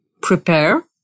prepare